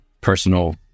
personal